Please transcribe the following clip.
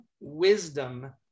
wisdom